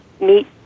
meet